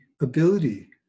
ability